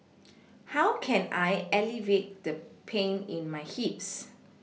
how can I alleviate the pain in my hips